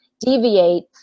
deviate